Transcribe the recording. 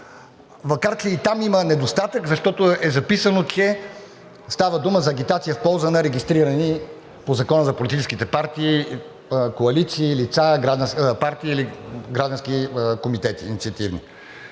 Макар че и там има недостатък, защото е записано, че става дума за агитация в полза на регистрирани по Закона за политическите партии, коалиции, лица или граждански инициативни